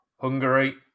Hungary